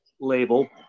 label